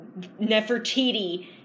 Nefertiti